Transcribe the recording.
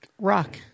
rock